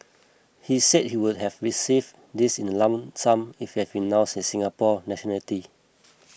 he said he would have received this in a lump sum if he had renounced his Singaporean nationality